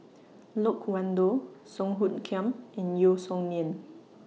Loke Wan Tho Song Hoot Kiam and Yeo Song Nian